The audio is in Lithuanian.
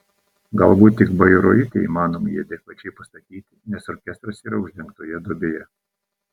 galbūt tik bairoite įmanoma jį adekvačiai pastatyti nes orkestras yra uždengtoje duobėje